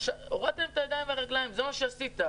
שהורדת להם את הידיים והרגליים, זה מה שעשית.